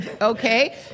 okay